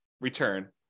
return